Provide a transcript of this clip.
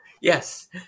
Yes